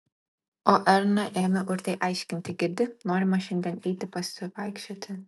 o erna ėmė urtei aiškinti girdi norima šiandien eiti pasivaikščioti